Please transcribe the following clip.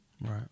Right